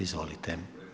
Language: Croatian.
Izvolite.